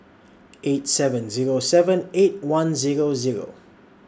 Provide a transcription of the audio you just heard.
eight seven Zero seven eight one Zero Zero